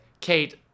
Kate